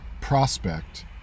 Prospect